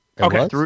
okay